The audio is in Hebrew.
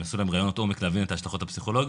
הם עשו להם ראיונות עומק להבין את ההשלכות הפסיכולוגיות,